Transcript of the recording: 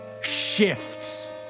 shifts